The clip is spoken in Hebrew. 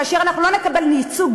כאשר אנחנו לא נקבל ייצוג,